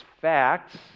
facts